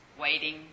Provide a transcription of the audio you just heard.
waiting